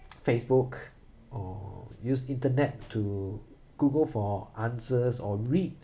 Facebook or use internet to google for answers or read